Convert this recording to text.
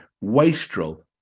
wastrel